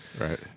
Right